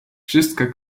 wszystka